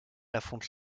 affronte